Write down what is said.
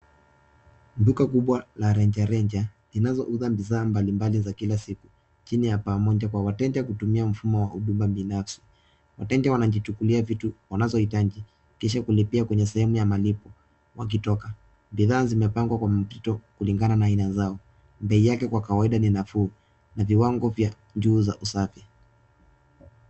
Duka kubwa la rejareja linalouza bidhaa mbalimbali za kila siku chini ya paa moja kwa wateja kutumia mfumo wa huduma binafsi. Wateja wanajichukulia viti wanavyohitaji kisha kulipia kwenye sehemu ya malipo wakitoka. Bidhaa zimepangwa kwa mpango kulingana na aina zao Bei yake kwa kawaidia ni nafuu na viwango vya juu vya usafi.